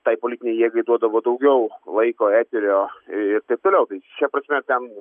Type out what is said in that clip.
tai politinei jėgai duodavo daugiau laiko eterio ir taip toliau šia prasme ten